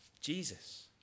Jesus